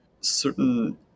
certain